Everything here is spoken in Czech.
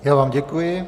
Já vám děkuji.